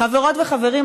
חברות וחברים,